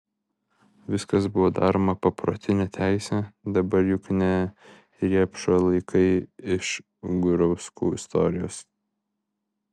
viskas buvo daroma paprotine teise dabar juk ne riepšo laikai iš gurauskų istorijos